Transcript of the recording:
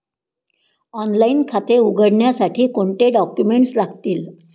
Online खाते उघडण्यासाठी कोणते डॉक्युमेंट्स लागतील?